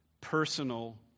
personal